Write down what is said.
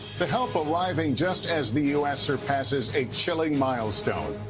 the help arriving just as the u s. surpasses a chilling milestone.